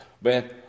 Man